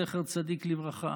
זכר צדיק לברכה,